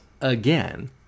again